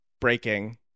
Breaking